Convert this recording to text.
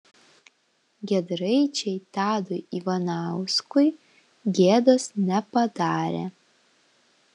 giedraičiai tadui ivanauskui gėdos nepadarė